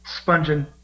sponging